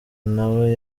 nawe